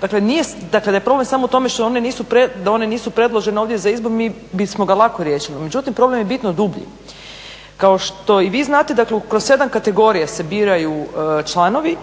dakle da je problem samo u tome što oni nisu predloženi ovdje za izbor mi bismo ga lako riješili. Međutim, problem je bitno dulji. Kao što i vi znate dakle kroz sedam kategorija se biraju članovi,